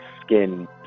skin